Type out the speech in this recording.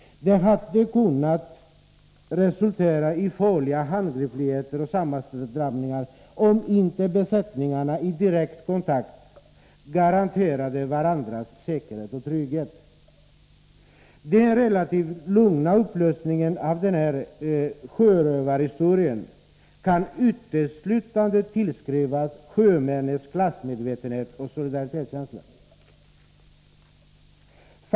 Det hela hade kunnat resultera i farliga handgripligheter och sammandrabbningar om inte besättningarna i direkt kontakt garanterade varandras säkerhet och trygghet. Den relativt lugna upplösningen av den här sjörövarhistorien kan uteslutande tillskrivas sjömännens klassmedvetenhet och solidaritetskänsla.